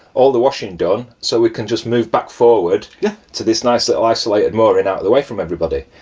all the washing done. so we can just move back forward yeah to this nice little isolated mooring out of the way from everybody.